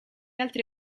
altri